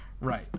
Right